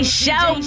show